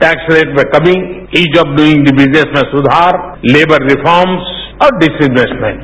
tax rate में कमी ease of doing the business में सुधार लेबर रिफॉर्मस और डिसइन्वेस्टमेंट